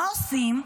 מה עושים?